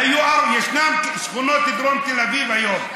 יש שכונות בדרום תל אביב היום,